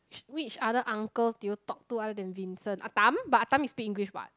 which which other uncles do you talk to other than Vincent Ah Tam but Ah Tam he speaks English what